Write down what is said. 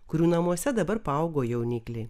kurių namuose dabar paaugo jaunikliai